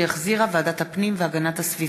שהחזירה ועדת הפנים והגנת הסביבה.